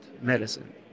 medicine